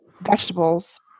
vegetables